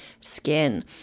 skin